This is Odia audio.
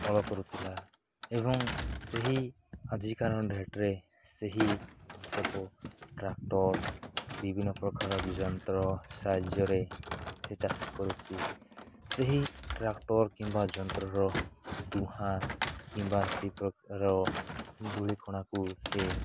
ହଳ କରୁଥିଲା ଏବଂ ସେହି ଆଜିକା ଡେଟରେ ସେହି କୃଷକ ଟ୍ରାକ୍ଟର ବିଭିନ୍ନ ପ୍ରକାର ଯନ୍ତ୍ର ସାହାଯ୍ୟରେ ସେ ଚାଷ କରୁଛି ସେହି ଟ୍ରାକ୍ଟର କିମ୍ବା ଯନ୍ତ୍ରର ଦୁହାଁ କିମ୍ବା ସେଇପ୍ରକାର ଧୂଳିକଣାକୁ ସେ